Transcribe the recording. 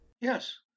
Yes